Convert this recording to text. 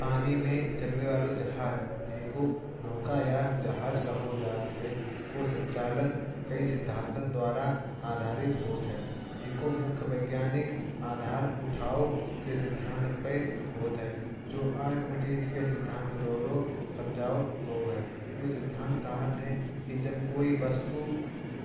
पानी में चलने वाले जहाजों को जो नौका या जहाज कहा जाता है। चलाने के लिए कई सिद्धांतों का उपयोग होता है। इनमें मुख्य वैज्ञानिक सिद्धांत आर्किमिडीज के सिद्धांत पर आधारित होता है। ये सिद्धांत कहता है कि जब कोई वस्तु